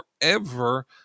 forever